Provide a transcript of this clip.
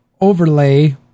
overlay